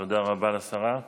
תודה רבה לשרה.